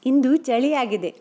ಇಂದು ಚಳಿಯಾಗಿದೆ